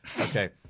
Okay